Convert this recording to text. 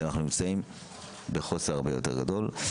שאנחנו נמצאים בחוסר הרבה יותר גדול.